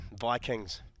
Vikings